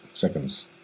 seconds